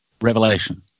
revelation